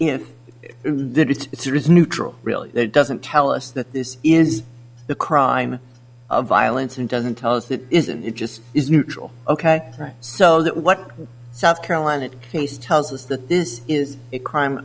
you know that it's there is neutral really doesn't tell us that this is the crime of violence and doesn't tell us that isn't it just is neutral ok right so that what south carolina case tells us that this is a crime